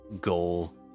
goal